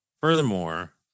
Furthermore